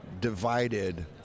divided